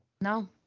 No